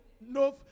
no